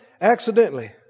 accidentally